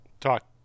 talk